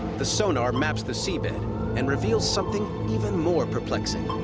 the sonar maps the sea bed and reveals something even more perplexing.